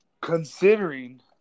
Considering